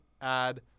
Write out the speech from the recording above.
add